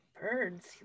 Birds